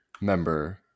member